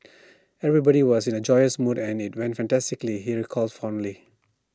everybody was in A joyous mood and IT went fantastically he recalled fondly